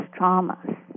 traumas